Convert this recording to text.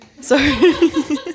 Sorry